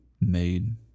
made